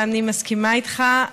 ואני מסכימה איתך.